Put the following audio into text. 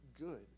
good